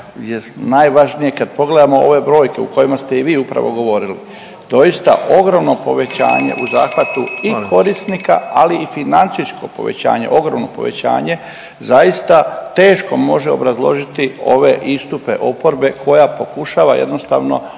najvažnije kad pogledamo ove brojke o kojima ste i vi upravo govorili, doista ogromno povećanje u zahvatu i korisnika, ali i financijsko povećanje, ogromno povećanja zaista teško može obrazložiti ove istupe oporbe koja pokušava jednostavno